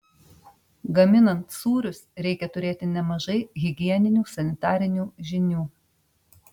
gaminant sūrius reikia turėti nemažai higieninių sanitarinių žinių